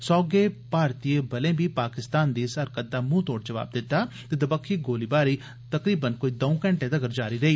सोहगे भारती बलें बी पाकिस्तान दी इस हरकत दा मुंहतोड़ जवाब दित्ता ते दपक्खी गोलीबारी तकरीबन दौं घैंटे तक्कर जारी रेई